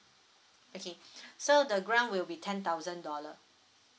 okay so the grant will be ten thousand dollar